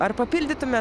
ar papildytumėt